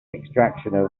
extraction